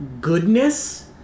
goodness